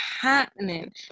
happening